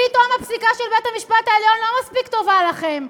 פתאום הפסיקה של בית-המשפט העליון לא מספיק טובה לכם.